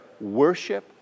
worship